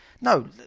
no